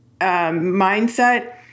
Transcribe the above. mindset